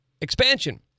expansion